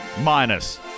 minus